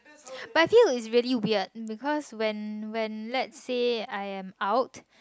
but I feel is very weird because when when let say I am out